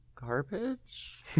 Garbage